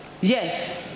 yes